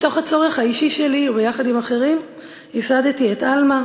מתוך הצורך האישי שלי וביחד עם אחרים ייסדתי את "עלמא",